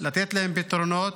לתת להם פתרונות,